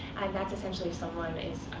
and that's essentially, someone is